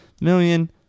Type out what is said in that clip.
million